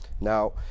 now